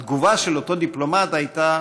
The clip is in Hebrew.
התגובה של אותו דיפלומט הייתה